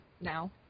now